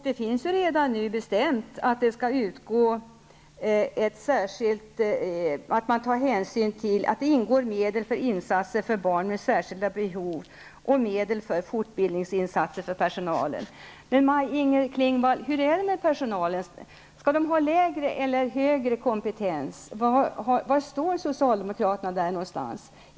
Det är redan bestämt att medel skall satsas för barn med särskilda behov, liksom medel skall satsas för den fortbildning som personalen har behov av. Skall personalen ha lägre eller högre kompetens, Maj Inger Klingvall? Var står socialdemokraterna i den frågan?